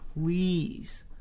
Please